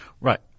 Right